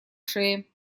шее